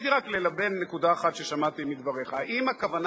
להעביר את העניין לוועדת החוץ והביטחון